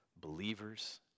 Believers